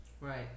Right